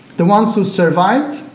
the ones who survived,